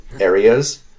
areas